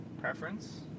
Preference